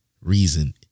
reason